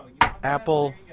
Apple